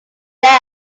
death